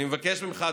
אני מבקש ממך,